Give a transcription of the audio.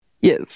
Yes